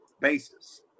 basis